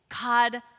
God